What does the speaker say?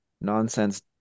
nonsense